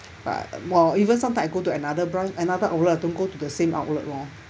but uh even some time I go to another branch another outlet don't go to the same outlet lor